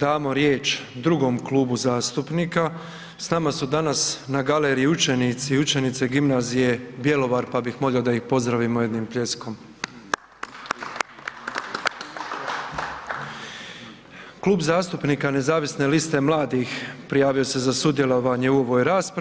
damo riječ drugom klubu zastupnika, s nama su danas na galeriji učenici i učenice Gimnazije Bjelovar pa bih molio da ih pozdravimo jednim pljeskom. Klub zastupnika Nezavisne liste mladih prijavio se za sudjelovanje u ovoj raspravi.